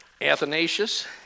Athanasius